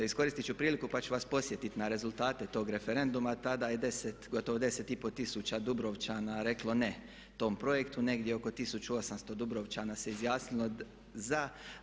Iskoristiti ću priliku pa ću vas podsjetiti na rezultate tog referenduma, tada je 10, gotovo 10,5 tisuća Dubrovčana reklo ne tom projektu, negdje oko 1800 Dubrovčana se izjasnilo ZA.